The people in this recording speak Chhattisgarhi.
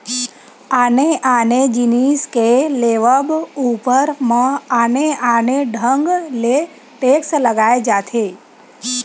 आने आने जिनिस के लेवब ऊपर म आने आने ढंग ले टेक्स लगाए जाथे